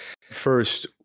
first